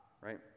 right